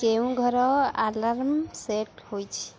କେଉଁ ଘର alarm set ହୋଇଛି